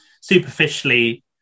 superficially